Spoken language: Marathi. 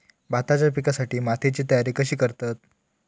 भाताच्या पिकासाठी मातीची तयारी कशी करतत?